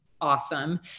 awesome